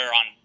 on